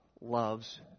loves